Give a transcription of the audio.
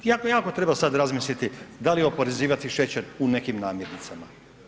Jako, jako treba sad razmisliti da li oporezivati šećer u nekim namirnicama.